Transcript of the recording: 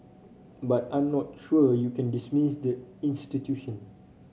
but I'm not sure you can dismiss the institution